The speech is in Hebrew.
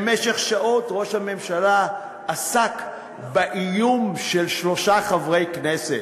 במשך שעות ראש הממשלה עסק באיום של שלושה חברי כנסת,